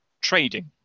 trading